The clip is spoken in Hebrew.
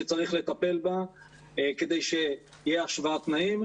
שצריך לטפל בה כדי שיהיה השוואת תנאים.